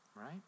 right